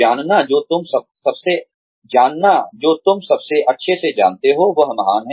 जानना जो तुम सबसे अच्छे से जानते हो वह महान है